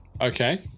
Okay